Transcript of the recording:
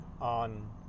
on